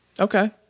Okay